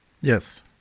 Yes